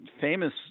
famous